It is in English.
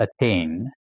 attain